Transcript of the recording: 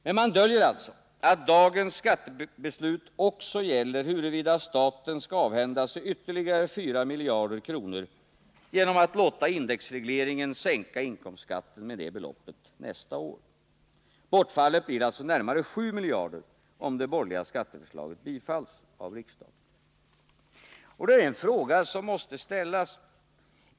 Men man döljer att dagens skattebeslut också gäller huruvida staten skall avhända sig ytterligare 4 miljarder genom att låta indexregleringen sänka inkomstskatten med det beloppet nästa år. Bortfallet blir alltså närmare 7 miljarder, om det borgerliga skatteförslaget bifalles av riksdagen. Det är en fråga som måste ställas.